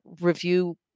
review